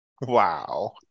wow